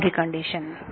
boundary condition